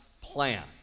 plan